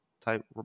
type